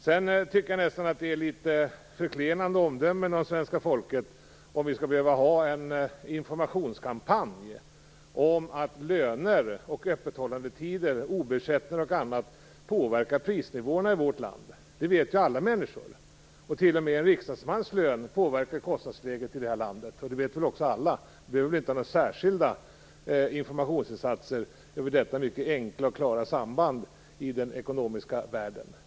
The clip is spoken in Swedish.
Sedan tycker jag nästan att det är ett litet förklenande omdöme om svenska folket att vi skulle behöva ha en informationskampanj om att löner, öppethållandetider, ob-ersättningar och annat påverkar prisnivåerna i vårt land. Det vet ju alla människor. T.o.m. en riksdagsmans lön påverkar kostnadsläget i det här landet. Det vet väl också alla, det behövs inga särskilda informationsinsatser för detta mycket enkla och klara samband i den ekonomiska världen.